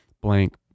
blank